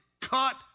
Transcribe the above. cut